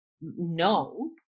No